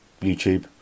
YouTube